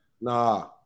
Nah